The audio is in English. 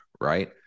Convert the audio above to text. right